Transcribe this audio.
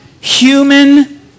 human